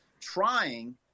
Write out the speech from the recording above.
trying